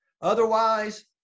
Otherwise